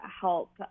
help